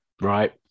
right